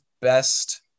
best